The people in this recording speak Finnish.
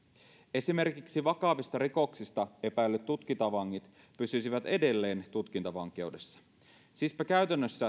esimerkiksi vakavista rikoksista epäillyt tutkintavangit pysyisivät edelleen tutkintavankeudessa siispä käytännössä